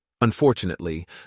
Unfortunately